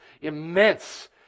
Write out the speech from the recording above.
immense